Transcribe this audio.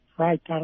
right